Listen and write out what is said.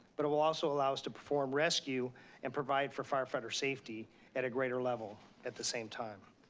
but it will also allow us to perform rescue and provide for firefighter safety at a greater level at the same time.